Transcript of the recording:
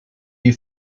you